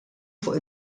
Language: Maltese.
fuq